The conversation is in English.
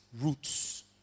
roots